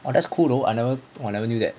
well that's cool though I never I never knew that